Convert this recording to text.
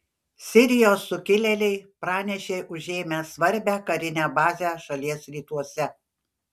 sirijos sukilėliai pranešė užėmę svarbią karinę bazę šalies rytuose